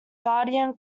guardian